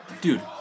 Dude